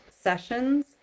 sessions